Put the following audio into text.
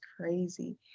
crazy